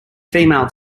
female